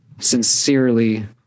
Sincerely